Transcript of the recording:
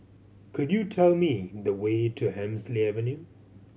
could you tell me the way to Hemsley Avenue